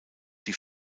die